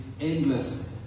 endless